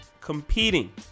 Competing